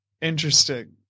Interesting